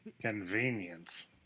Convenience